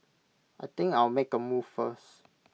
I think I'll make A move first